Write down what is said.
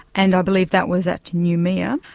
and i believe that was at noumea,